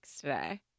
today